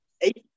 eight